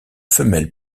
femelle